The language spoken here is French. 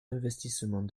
investissements